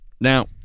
Now